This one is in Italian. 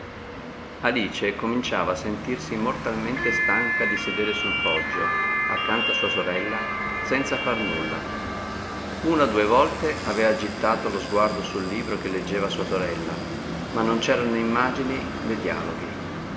alice cominciava a sentirsi mortalmente stanca di sedere sul poggio accanto a sua sorella senza far nulla una o due volte aveva gittato lo sguardo sul libro che leggeva sua sorella ma non c'erano imagini nè dialoghi